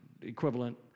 equivalent